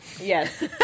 yes